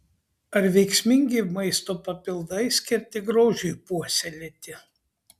ar veiksmingi maisto papildai skirti grožiui puoselėti